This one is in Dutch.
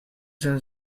zijn